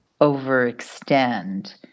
overextend